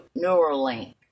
neuralink